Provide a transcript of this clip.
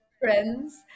Friends